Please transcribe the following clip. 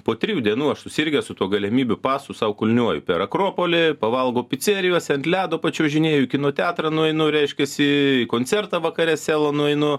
po trijų dienų aš susirgęs su tuo galimybių pasų sau kulniuoju per akropolį pavalgau picerijose ant ledo pačiuožinėju į kino teatrą nueinu reiškiasi į koncertą vakare selo nueinu